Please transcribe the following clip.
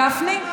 גפני?